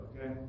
Okay